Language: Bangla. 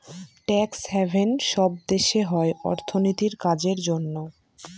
ট্যাক্স হ্যাভেন সব দেশে হয় অর্থনীতির কাজের জন্য